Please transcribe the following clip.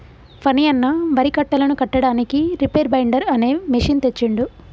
ఫణి అన్న వరి కట్టలను కట్టడానికి రీపేర్ బైండర్ అనే మెషిన్ తెచ్చిండు